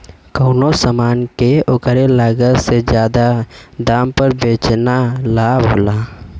कउनो समान के ओकरे लागत से जादा दाम पर बेचना लाभ होला